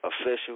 official